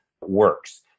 works